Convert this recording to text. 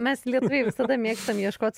mes lietuviai visada mėgstam ieškot